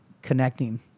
connecting